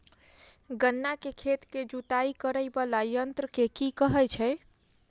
गन्ना केँ खेत केँ जुताई करै वला यंत्र केँ की कहय छै?